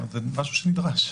זה נדרש.